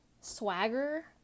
swagger